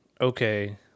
okay